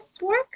work